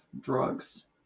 drugs